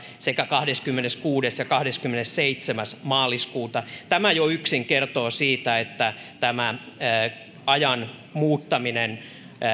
sekä kaksikymmentäkolme kahdeskymmeneskuudes ja kahdeskymmenesseitsemäs maaliskuuta tämä jo yksin kertoo siitä että ajan muuttaminen